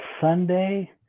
Sunday